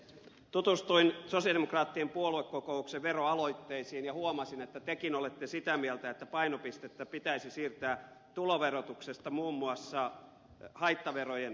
tutustuin sosialidemokraattien puoluekokouksen veroaloitteisiin ja huomasin että tekin olette sitä mieltä että painopistettä pitäisi siirtää tuloverotuksesta muun muassa haittaverojen suuntaan